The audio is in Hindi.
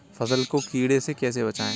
फसल को कीड़े से कैसे बचाएँ?